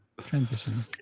transition